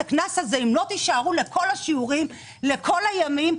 הקנס הזה אם לא תישארו לכל השיעורים בכל הימים,